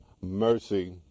mercy